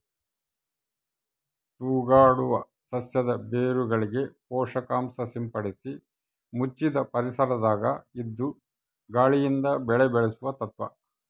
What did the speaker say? ತೂಗಾಡುವ ಸಸ್ಯದ ಬೇರುಗಳಿಗೆ ಪೋಷಕಾಂಶ ಸಿಂಪಡಿಸಿ ಮುಚ್ಚಿದ ಪರಿಸರದಾಗ ಇದ್ದು ಗಾಳಿಯಿಂದ ಬೆಳೆ ಬೆಳೆಸುವ ತತ್ವ